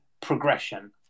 progression